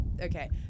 okay